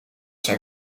zij